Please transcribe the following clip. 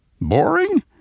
Boring